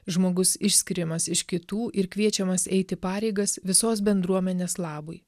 žmogus išskiriamas iš kitų ir kviečiamas eiti pareigas visos bendruomenės labui